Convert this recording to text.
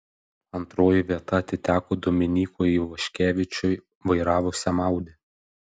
antroji vieta atiteko dominykui ivoškevičiui vairavusiam audi